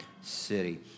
city